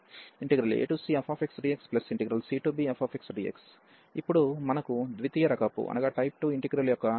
ఇప్పుడు మనకు ద్వితీయ రకపు ఇంటిగ్రల్ యొక్క ఈ రెండు ఇంటిగ్రల్ లు ఉన్నాయి